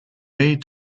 way